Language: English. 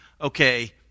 Okay